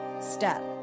step